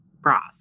broth